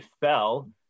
fell